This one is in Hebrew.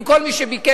עם כל מי שביקש,